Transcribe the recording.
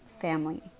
family